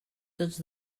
tots